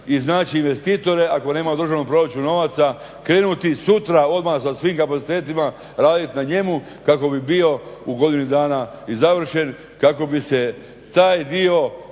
i znači investitore ako nema u državnom proračunu novaca krenuti sutra odmah sa svim kapacitetima radit na njemu kako bi bio u godini dana i završen, kako bi se taj dio